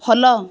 follow